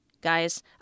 guys